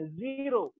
zero